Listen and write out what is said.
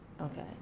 okay